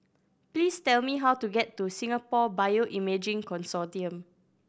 please tell me how to get to Singapore Bioimaging Consortium